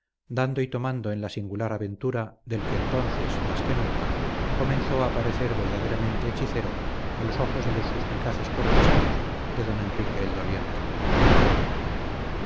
dando y tomando en la singular aventura del que entonces más que nunca comenzó a aparecer verdadero hechicero a los ojos de los suspicaces cortesanos de don enrique el doliente